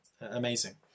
amazing